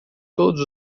todos